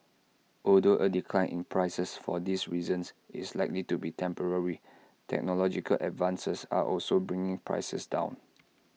although A decline in prices for these reasons is likely to be temporary technological advances are also bringing prices down